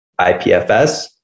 IPFS